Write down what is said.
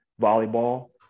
volleyball